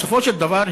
בסופו של דבר,